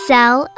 Sell